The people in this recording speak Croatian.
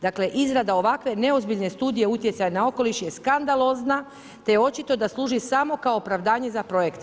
Dakle izrada ovakve neozbiljne studije utjecaja na okoliš je skandalozna te je očito da služi samo kao pravdanje za projekt.